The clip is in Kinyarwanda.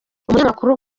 umunyamakuru